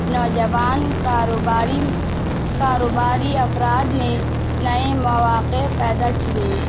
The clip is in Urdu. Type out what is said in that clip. نوجوان کاروباری کاروباری افراد نے نئے مواقع پیدا کیے